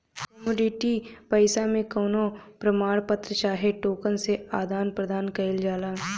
commodity पईसा मे कवनो प्रमाण पत्र चाहे टोकन से आदान प्रदान कईल जाला